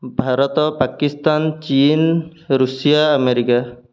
ଆଜ୍ଞା ଭାରତ ପାକିସ୍ତାନ ଚୀନ୍ Russia America